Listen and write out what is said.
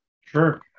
Sure